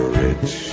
rich